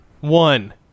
One